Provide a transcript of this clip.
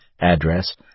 address